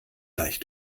gleich